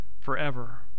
forever